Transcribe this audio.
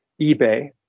eBay